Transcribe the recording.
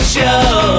Show